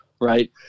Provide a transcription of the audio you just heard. right